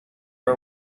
are